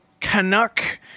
Canuck